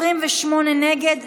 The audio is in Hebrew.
48, נמנעו,